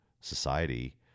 society